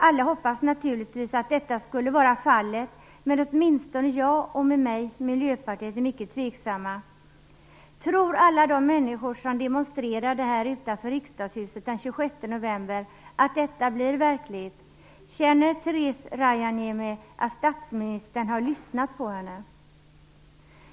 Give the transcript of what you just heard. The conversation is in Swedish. Vi hoppas alla naturligtvis att detta skall vara fallet, men åtminstone jag och Miljöpartiet med mig är mycket tveksamma. Tror alla de människor som demonstrerade här utanför Riksdagshuset den 26 november att detta blir verklighet? Känner Therese Rajaniemi att statsministern har lyssnat på henne?